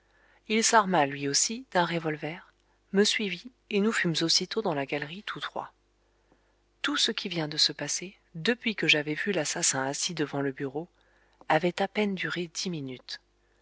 il s'arma lui aussi d'un revolver me suivit et nous fûmes aussitôt dans la galerie tous trois tout ce qui vient de se passer depuis que j'avais vu l'assassin assis devant le bureau avait à peine duré dix minutes